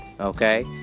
Okay